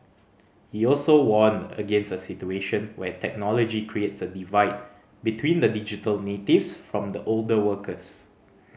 he also warned against a situation where technology creates a divide between the digital natives from the older workers